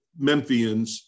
Memphians